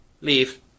leave